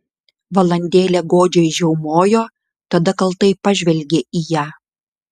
valandėlę godžiai žiaumojo tada kaltai pažvelgė į ją